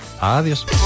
Adiós